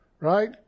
right